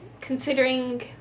Considering